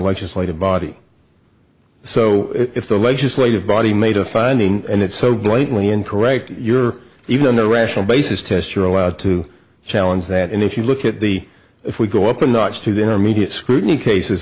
legislative body so if the legislative body made a finding and it's so blatantly incorrect you're even on the rational basis test you're allowed to challenge that and if you look at the if we go up a notch to the intermediate scrutiny cases